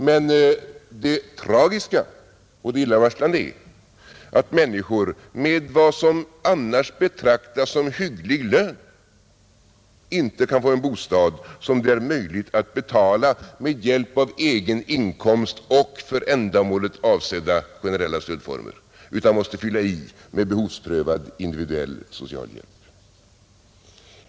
Men det tragiska och det illavarslande är att människor med vad som annars betraktas som hygglig lön inte kan få en bostad som de har möjlighet att betala med hjälp av egna inkomster och för ändamålet avsedda generella stödformer utan måste fylla i med behovsprövad individuell socialhjälp.